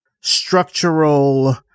structural